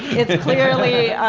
it's clearly